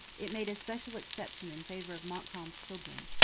it made a special exception in favour of montcalm's children.